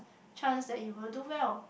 chance that you will do well